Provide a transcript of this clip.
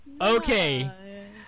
okay